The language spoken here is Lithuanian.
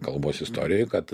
kalbos istorijoj kad